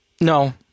no